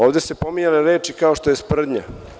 Ovde su se pominjale reči, kao što je „sprdnja“